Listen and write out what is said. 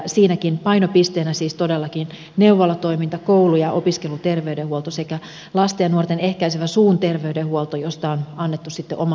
siinäkin painopisteenä siis todellakin on neuvolatoiminta koulu ja opiskeluterveydenhuolto sekä lasten ja nuorten ehkäisevä suun terveydenhuolto josta on annettu sitten oma asetuksensa